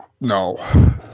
No